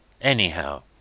anyhow